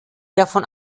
davon